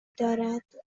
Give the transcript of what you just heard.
دارد